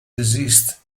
desist